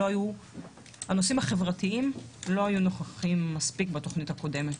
שהנושאים החברתיים לא היו נוכחים מספיק בתוכנית הקודמת.